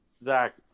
Zach